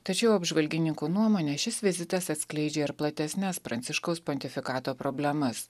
tačiau apžvalgininkų nuomone šis vizitas atskleidžia ir platesnes pranciškaus pontifikato problemas